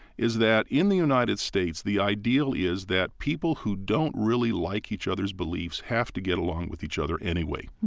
is that in the united states, the ideal is that people who don't really like each other's beliefs have to get along with each other anyway.